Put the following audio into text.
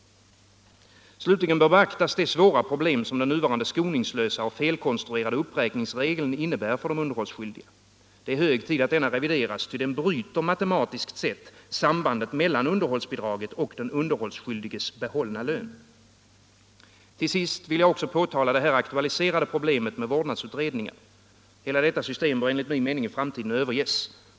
Slutligen bör beaktas det svåra problem som den nuvarande skoningslösa och felkonstruerade uppräkningsregeln innebär för de underhållsskyldiga. Det är hög tid att denna revideras, ty den bryter matematiskt sett sambandet mellan underhållsbidraget och den underhållsskyldiges behållna lön. Till sist vill jag också påtala det här aktualiserade problemet med vårdnadsutredningar. Hela detta system bör enligt min mening i framtiden överges.